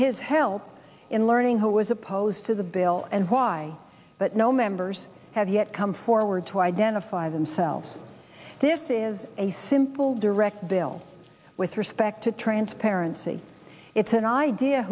his help in learning who was opposed to the bill and why but no members have yet come forward to identify themselves this is a simple direct bill with respect to transparency it's an idea